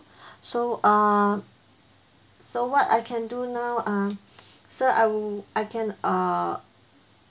so ah so what I can do now uh sir I would I can uh